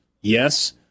Yes